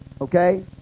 Okay